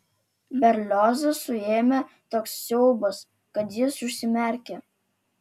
berliozą suėmė toks siaubas kad jis užsimerkė